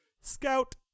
Scout